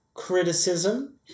criticism